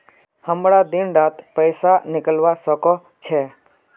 हमरा दिन डात पैसा निकलवा सकोही छै?